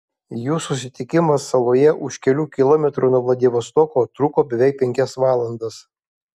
jų susitikimas saloje už kelių kilometrų nuo vladivostoko truko beveik penkias valandas